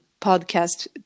podcast